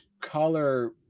color